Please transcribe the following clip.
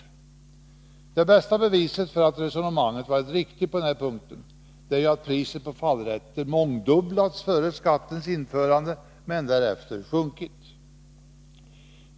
37 Det bästa beviset för att resonemanget här varit riktigt är ju att priset på fallrätter mångdubblats före skattens införande men därefter sjunkit.